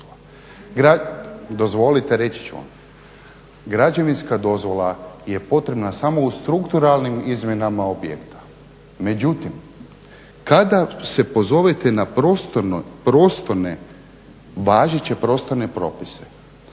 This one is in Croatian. Građevinska dozvola je potrebna samo u strukturalnim izmjenama objekta. Međutim, kada se pozovete na prostorne važeće prostorne propise